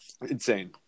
Insane